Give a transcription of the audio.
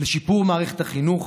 לשיפור מערכת החינוך,